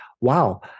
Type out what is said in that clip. wow